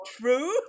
true